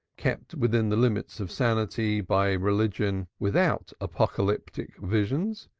kept within the limits of sanity by a religion without apocalyptic visions,